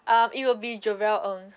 um it will be jovia ng